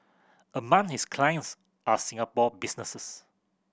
among his clients are Singapore businesses